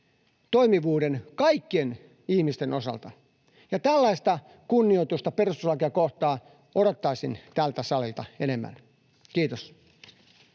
toimivuuden kaikkien ihmisten osalta, ja tällaista kunnioitusta perustuslakia kohtaan odottaisin tältä salilta enemmän. — Kiitos.